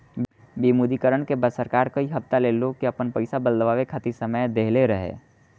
विमुद्रीकरण के बाद सरकार कई हफ्ता ले लोग के आपन पईसा बदलवावे खातिर समय देहले रहे